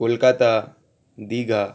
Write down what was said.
Kolkata Digha